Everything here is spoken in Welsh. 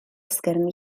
esgyrn